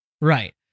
Right